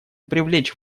привлечь